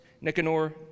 Nicanor